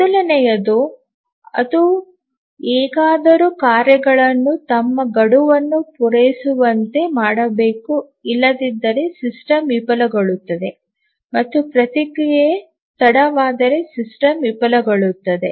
ಮೊದಲನೆಯದು ಅದು ಹೇಗಾದರೂ ಕಾರ್ಯಗಳನ್ನು ತಮ್ಮ ಗಡುವನ್ನು ಪೂರೈಸುವಂತೆ ಮಾಡಬೇಕು ಇಲ್ಲದಿದ್ದರೆ ಸಿಸ್ಟಮ್ ವಿಫಲಗೊಳ್ಳುತ್ತದೆ ಮತ್ತು ಪ್ರತಿಕ್ರಿಯೆ ತಡವಾದರೆ ಸಿಸ್ಟಮ್ ವಿಫಲಗೊಳ್ಳುತ್ತದೆ